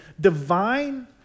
divine